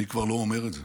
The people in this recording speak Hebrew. אני כבר לא אומר את זה.